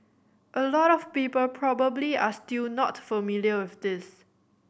a lot of people probably are still not familiar with this